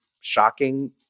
shocking